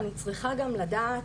אני צריכה גם לדעת,